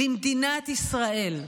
למדינת ישראל,